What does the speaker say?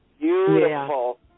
beautiful